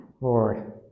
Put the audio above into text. Lord